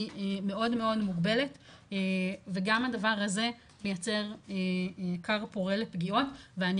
היא מאוד מוגבלת וגם הדבר הזה מייצר כר פורה לפגיעות ואני